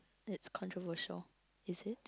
it's controversial is it